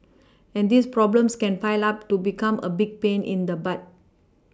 and these problems can pile up to become a big pain in the butt